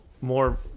more